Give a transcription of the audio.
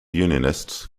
unionists